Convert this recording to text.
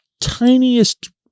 tiniest